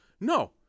No